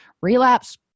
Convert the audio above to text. relapse